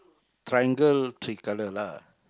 triangle three colour lah